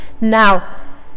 Now